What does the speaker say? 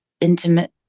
intimate